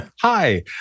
hi